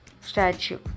statue